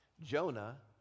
Jonah